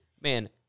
man